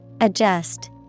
Adjust